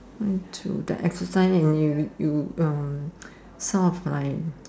went to the exercise in you you uh sort of like